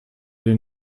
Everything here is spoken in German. den